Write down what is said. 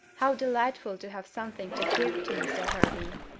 how delightful to have something to give to mr. hervey!